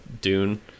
Dune